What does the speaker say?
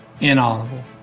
inaudible